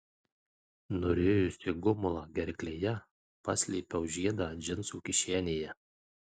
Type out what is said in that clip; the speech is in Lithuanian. nurijusi gumulą gerklėje paslėpiau žiedą džinsų kišenėje